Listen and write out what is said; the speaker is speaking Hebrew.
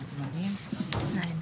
את